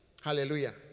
Hallelujah